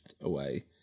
away